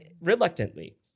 reluctantly